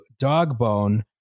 dogbone